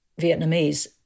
Vietnamese